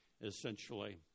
essentially